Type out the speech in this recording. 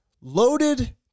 loaded